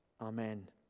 Amen